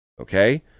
Okay